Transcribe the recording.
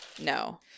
No